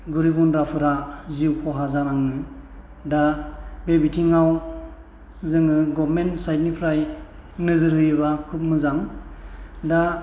गोरिब गुन्द्राफोरा जिउ खहा जानाङो दा बे बिथिङाव जोङो गभर्नमेन्ट साइडनिफ्राय नोजोर होयोब्ला खुब मोजां दा